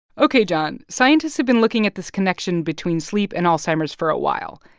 ok, jon. scientists have been looking at this connection between sleep and alzheimer's for a while,